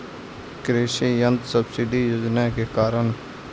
कृषि यंत्र सब्सिडी योजना के कारण?